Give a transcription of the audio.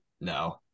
No